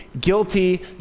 guilty